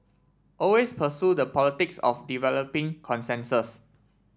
always pursue the politics of developing consensus